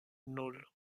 nan